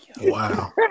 Wow